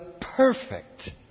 perfect